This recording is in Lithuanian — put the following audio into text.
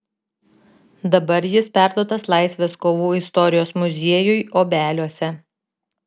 dabar jis perduotas laisvės kovų istorijos muziejui obeliuose